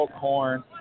corn